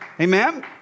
Amen